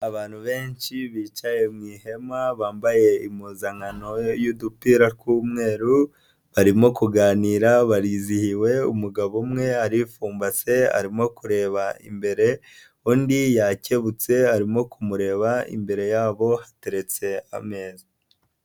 Abantu benshi bicaye mu ihema, bambaye impuzankano y'udupira tw'umweru, barimo kuganira barizihiwe, umugabo umwe aripfumbase arimo kureba imbere, undi yakebutse arimo kumureba imbere yabo hateretse ameza.